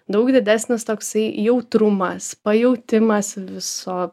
daug didesnis toksai jautrumas pajautimas viso